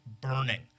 burning